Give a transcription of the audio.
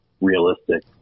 realistic